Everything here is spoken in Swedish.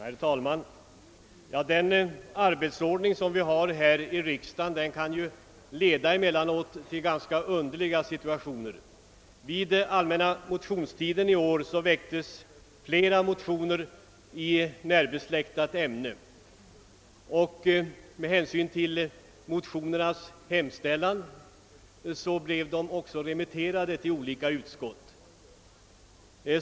Herr talman! Den arbetsordning vi har här i riksdagen kan emellanåt leda till ganska underliga situationer. Under den allmänna motionstiden i år väcktes flera motioner i närbesläktat ämne. Med hänsyn till motinernas olika hemställan blev de remitterade till olika utskott.